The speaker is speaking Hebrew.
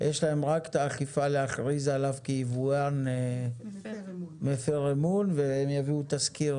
רק את האכיפה להכריז עליו כיבואן מפר אמון והם יביאו תזכיר